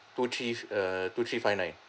two three err two three five nine